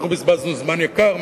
אנחנו בזבזנו זמן יקר.